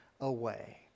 away